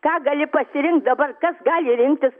ką gali pasirinkt dabar kas gali rinktis